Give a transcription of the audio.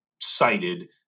cited